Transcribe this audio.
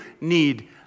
need